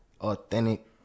authentic